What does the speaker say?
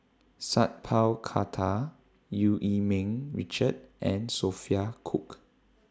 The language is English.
Sat Pal Khattar EU Yee Ming Richard and Sophia Cooke